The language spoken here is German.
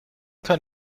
kann